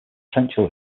potential